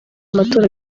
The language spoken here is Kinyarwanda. amatora